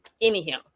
Anyhow